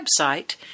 website